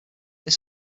this